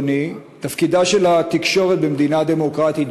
אדוני: תפקידה של התקשורת במדינה דמוקרטית,